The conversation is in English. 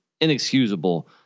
inexcusable